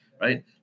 right